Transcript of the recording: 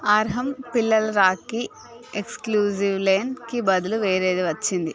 అర్హమ్ పిల్లల Rakhi exclusive lane కి బదులు వేరేది వచ్చింది